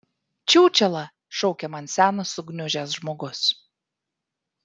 čiūčela šaukia man senas sugniužęs žmogus